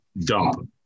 dump